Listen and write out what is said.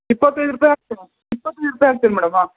ಇಪ್ಪತ್ತೈದು ರೂಪಾಯಿ ಹಾಕ್ತೆ ಇಪ್ಪತ್ತೈದು ರೂಪಾಯಿ ಹಾಕ್ತೆ ಮೇಡಮ್ ಹಾಂ